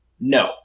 No